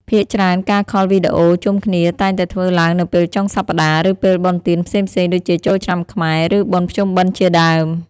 ភាគច្រើនការខលវីដេអូជុំគ្នាតែងតែធ្វើឡើងនៅពេលចុងសប្ដាហ៍ ឬពេលបុណ្យទានផ្សេងៗដូចជាចូលឆ្នាំខ្មែរ ឬបុណ្យភ្ជុំបិណ្ឌជាដើម។